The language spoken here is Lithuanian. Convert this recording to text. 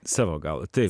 savo galva taip